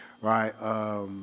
right